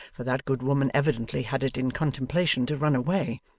for that good woman evidently had it in contemplation to run away.